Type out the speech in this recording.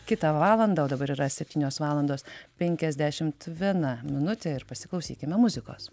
kitą valandą o dabar yra septynios valandos penkiasdešimt viena minutė ir pasiklausykime muzikos